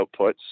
outputs